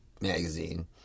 magazine